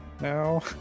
now